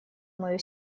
мое